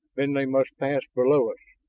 then they must pass below us,